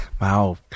Wow